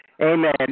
Amen